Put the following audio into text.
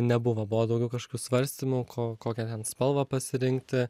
nebuvo buvo daugiau kažkokių svarstymų ko kokią spalvą pasirinkti